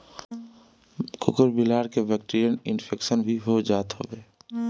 कुकूर बिलार के बैक्टीरियल इन्फेक्शन भी हो जात हवे